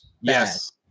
Yes